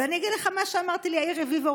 ואני אגיד לך מה שאמרתי ליאיר רביבו,